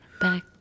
back